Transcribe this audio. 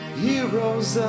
heroes